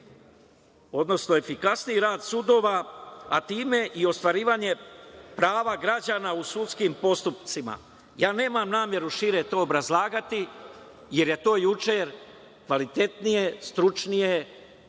odnosno efikasniji rad sudova, a time i ostvarivanje prava građana u sudskim postupcima. Nemam nameru šire to obrazlagati jer je to juče kvalitetnije, stručnije